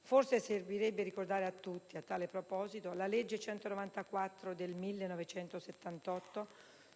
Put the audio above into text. Forse servirebbe ricordare a tutti, a tale proposito, la legge n. 194 del 1978